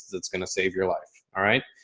is, it's going to save your life. all right?